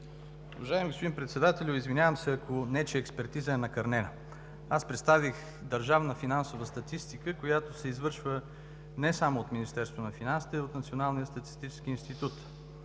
Уважаеми господин Председателю, извинявам се, ако нечия експертиза е накърнена. Аз представих държавна финансова статистика, която се извършва не само от Министерството на финансите, а и от Националния статистически институт.